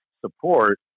support